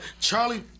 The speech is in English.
Charlie